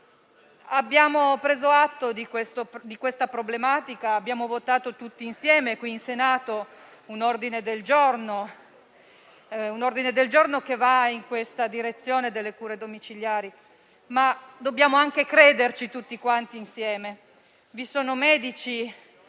Abbiamo preso atto di questa problematica, abbiamo votato tutti insieme in Senato un ordine del giorno che va nella direzione di favorire le cure domiciliari. Dobbiamo tuttavia crederci tutti insieme. Vi sono medici